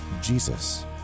Jesus